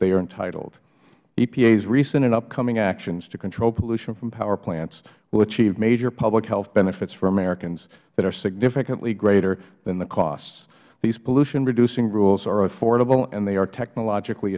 they are entitled epa's recent and upcoming actions to control pollution from power plants will achieve major public health benefits for americans that are significantly greater than the costs these pollutionreducing rules are affordable and they are technologically